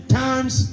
times